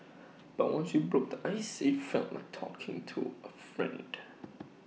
but once we broke the ice IT felt like talking to A friend